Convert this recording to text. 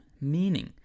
meaning